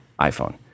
iPhone